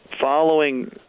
following